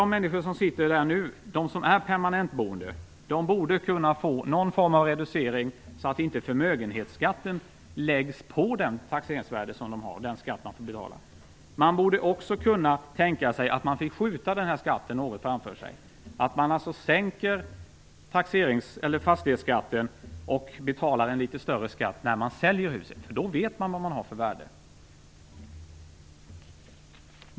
De människor som i dag är permanentboende i de här områdena borde kunna få någon form av reducering så att förmögenhetsskatten inte läggs på taxeringsvärdet och den skatt man får betala. Det borde också vara möjligt att skjuta denna skatt något framför sig. Fastighetsskatten kan sänkas, men man kan betala litet högre skatt när man säljer huset. Då vet man vilket värde det gäller.